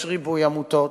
יש ריבוי עמותות